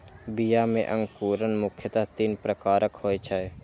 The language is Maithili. बीया मे अंकुरण मुख्यतः तीन प्रकारक होइ छै